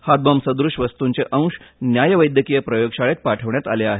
हातबॉम्ब सदृश वस्तुंचे अंश न्याय वैद्यकीय प्रयोग शाळेत पाठवण्यात आले आहेत